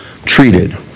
treated